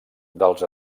dels